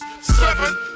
Seven